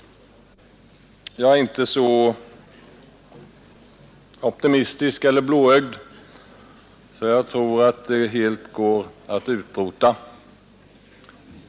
Jag är inte så blåögt optimistisk att jag tror att det helt går att utrota.